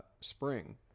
spring